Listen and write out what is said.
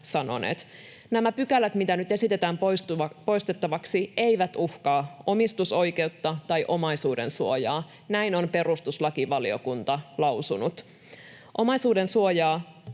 Nämä pykälät, mitä nyt esitetään poistettavaksi, eivät uhkaa omistusoikeutta tai omaisuudensuojaa, näin on perustuslakivaliokunta lausunut. Omaisuudensuojaa